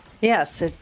Yes